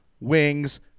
wings